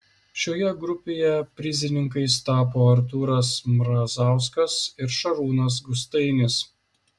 šioje grupėje prizininkais tapo artūras mrazauskas ir šarūnas gustainis